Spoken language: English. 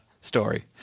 story